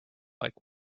like